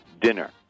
dinner